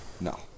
No